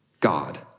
God